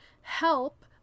help